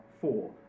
four